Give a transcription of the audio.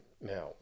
Now